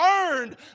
earned